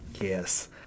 Yes